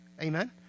Amen